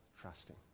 trusting